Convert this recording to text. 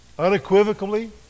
Unequivocally